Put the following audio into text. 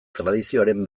tradizioaren